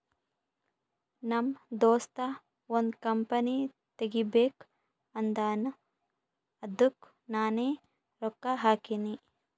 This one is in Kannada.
ನಮ್ ದೋಸ್ತ ಒಂದ್ ಕಂಪನಿ ತೆಗಿಬೇಕ್ ಅಂದಾನ್ ಅದ್ದುಕ್ ನಾನೇ ರೊಕ್ಕಾ ಹಾಕಿನಿ